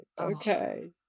Okay